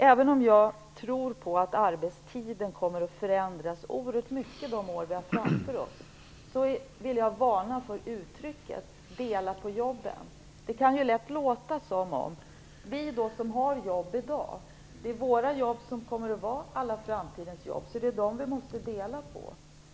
Även om jag tror på att arbetstiden kommer att förändras oerhört mycket de år vi har framför oss, vill jag varna för uttrycket "dela på jobben". Det kan lätt låta som om vi som har jobb i dag redan har alla framtidens jobb, så det är dem vi måste dela på.